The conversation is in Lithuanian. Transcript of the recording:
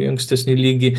į ankstesnį lygį